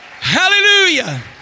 Hallelujah